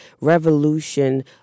revolution